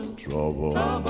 trouble